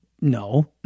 no